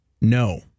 No